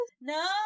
No